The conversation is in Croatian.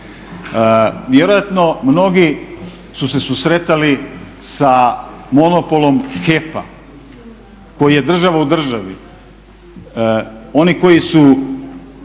Vjerojatno mnogi su se susretali sa monopolom HEP-a koji je država u državi. Oni koji su